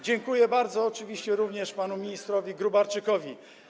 Dziękuję bardzo oczywiście również panu ministrowi Gróbarczykowi.